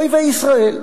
אויבי ישראל,